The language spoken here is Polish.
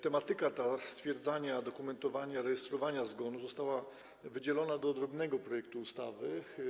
Tematyka ta - stwierdzania, dokumentowania, rejestrowania zgonu - została wydzielona do odrębnego projektu ustawy.